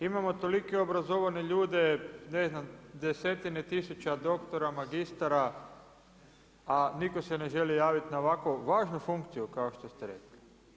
Imamo tolike obrazovane ljude, ne znam desetine tisuća doktora, magistara, a nitko se ne želi javiti na ovako važnu funkciju kao što ste rekli.